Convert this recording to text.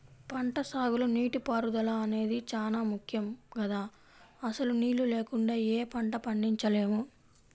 పంటసాగులో నీటిపారుదల అనేది చానా ముక్కెం గదా, అసలు నీళ్ళు లేకుండా యే పంటా పండించలేము